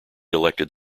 elected